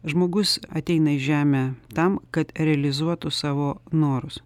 žmogus ateina į žemę tam kad realizuotų savo norus